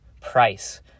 price